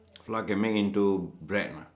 flour can make into bread lah